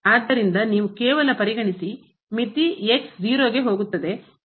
ಆದ್ದರಿಂದ ನೀವು ಕೇವಲ ಪರಿಗಣಿಸಿ ಮಿತಿ ಹೋಗುತ್ತದೆ over x